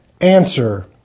Answer